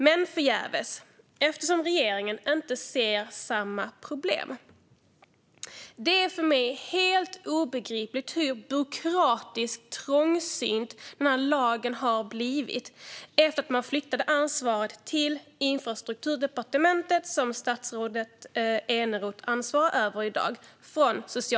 Men det är förgäves, eftersom regeringen inte ser samma problem. Det är för mig helt obegripligt hur byråkratiskt trångsynt den här lagen har blivit efter att ansvaret flyttades från Socialdepartementet till Infrastrukturdepartementet, som statsrådet Eneroth ansvarar över i dag.